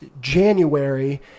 January